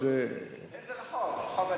איזה רחוב, רחוב הנביאים?